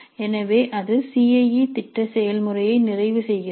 எனவே அது C I E திட்ட செயல்முறையை நிறைவு செய்கிறது